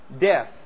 Death